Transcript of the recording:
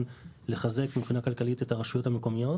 לחזק מבחינה כלכלית את הרשויות המקומיות.